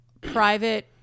private